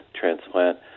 transplant